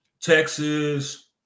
Texas